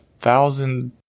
thousand